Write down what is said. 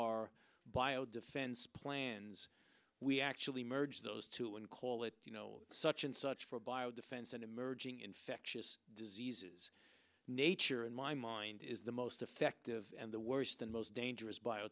bio defense plans we actually merge those two and call it you know such and such for bio defense and emerging infectious diseases nature in my mind is the most effective and the worst and most dangerous bio